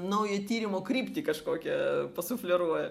naują tyrimo kryptį kažkokią pasufleruoja